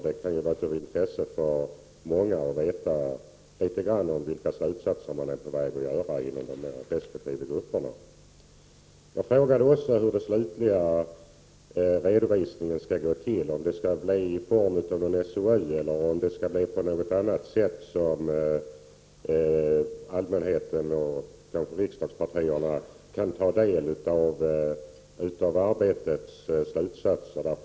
Det kan vara av intresse för många att veta litet grand om vilka slutsatser som kan väntas från resp. grupp. Jag frågade också hur den slutliga redovisningen skall gå till, om den kommer i form av SOU eller på något annat sätt som gör att allmänheten och riksdagspartierna kan ta del av arbetets slutsatser.